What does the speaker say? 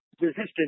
resistance